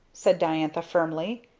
said diantha firmly.